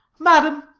madam,